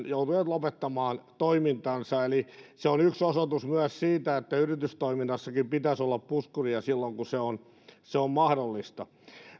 joutuneet lopettamaan toimintansa se on yksi osoitus myös siitä että yritystoiminnassakin pitäisi olla puskuria silloin kun se on se on mahdollista